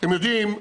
אתם יודעים,